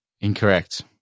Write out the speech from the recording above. Incorrect